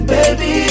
Baby